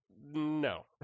No